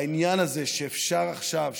העניין הזה שאפשר עכשיו,